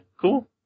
cool